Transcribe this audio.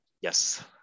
Yes